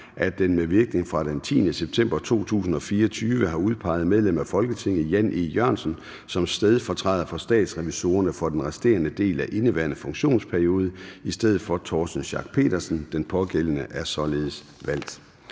at den med virkning fra den 10. september 2024 har udpeget medlem af Folketinget Jan E. Jørgensen som stedfortræder for statsrevisorerne for den resterende del af indeværende funktionsperiode i stedet for Torsten Schack Pedersen. Den pågældende er således valgt.